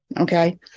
okay